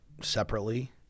separately